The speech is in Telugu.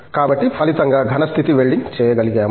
కాబట్టి ఫలితంగా ఘన స్థితి వెల్డింగ్ చేయగలిగాము